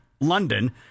London